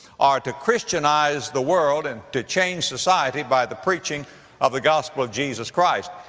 are to christianize the world and to change society by the preaching of the gospel of jesus christ.